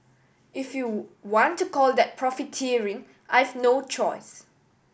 if you want to call that profiteering I've no choice